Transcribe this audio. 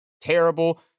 terrible